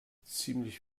ziemlich